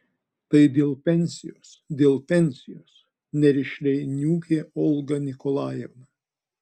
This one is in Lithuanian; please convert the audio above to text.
tai dėl pensijos dėl pensijos nerišliai niūkė olga nikolajevna